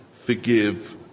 forgive